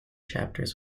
chapters